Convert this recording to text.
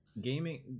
gaming